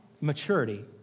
maturity